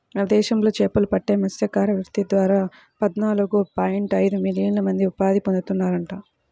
మన దేశంలో చేపలు పట్టే మత్స్యకార వృత్తి ద్వారా పద్నాలుగు పాయింట్ ఐదు మిలియన్ల మంది ఉపాధి పొందుతున్నారంట